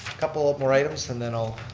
couple ah more items and then i'll.